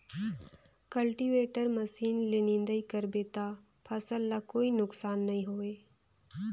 cultivator machine ले निंदई कर बे त फसल ल कोई नुकसानी नई होये